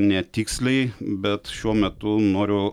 ne tiksliai bet šiuo metu noriu